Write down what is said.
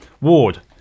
Ward